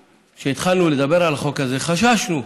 שכשהתחלנו לקדם את החוק הזה חששנו,